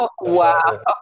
wow